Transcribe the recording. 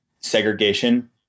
segregation